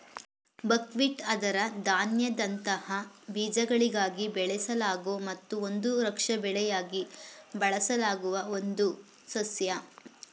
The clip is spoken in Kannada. ಬಕ್ಹ್ವೀಟ್ ಅದರ ಧಾನ್ಯದಂತಹ ಬೀಜಗಳಿಗಾಗಿ ಬೆಳೆಸಲಾಗೊ ಮತ್ತು ಒಂದು ರಕ್ಷಾ ಬೆಳೆಯಾಗಿ ಬಳಸಲಾಗುವ ಒಂದು ಸಸ್ಯ